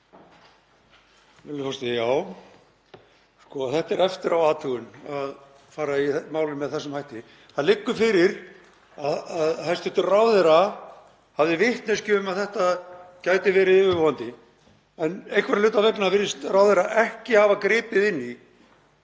Það er eftiráathugun að fara í málið með þessum hætti. Það liggur fyrir að hæstv. ráðherra hafði vitneskju um að þetta gæti verið yfirvofandi en einhverra hluta vegna virðist ráðherra ekki hafa gripið inn í